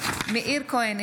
מאיר כהן,